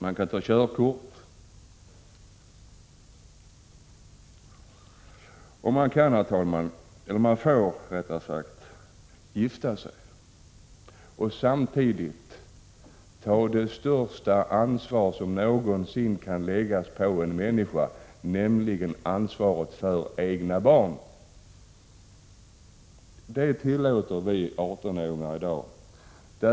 En 18-åring kan vidare ta körkort och får gifta sig, och han eller hon får samtidigt ta det största ansvar som någonsin kan läggas på en människa, nämligen ansvaret för egna barn. Detta tillåter vi 18-åringar att göra i dag.